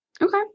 Okay